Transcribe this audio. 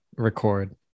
Record